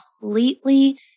completely